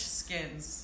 skins